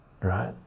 right